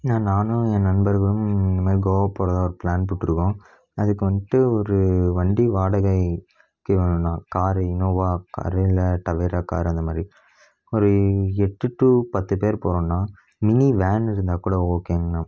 நானும் என் நண்பர்களும் இந்த மாதிரி கோவா போகிறதா ஒரு ப்ளான் போட்டிருக்கோம் அதுக்கு வந்துட்டு ஒரு வண்டி வாடகைக்கு வேணும் கார் யூனோவா கார் இல்லை டவேரா கார் அந்த மாதிரி ஒரு எட்டு டூ பத்து பேர் போரோண்ணா மினி வேன் இருந்தால் கூட ஓகேங்கண்ணா